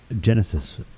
Genesis